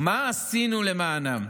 מה עשינו למענם,